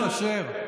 לקרמלין,